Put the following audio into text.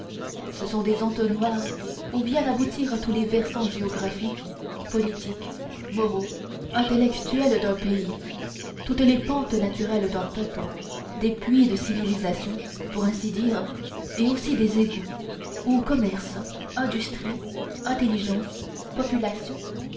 ce sont des entonnoirs où viennent aboutir tous les versants géographiques politiques moraux intellectuels d'un pays toutes les pentes naturelles d'un peuple des puits de civilisation pour ainsi dire et aussi des égouts où commerce industrie intelligence population